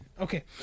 Okay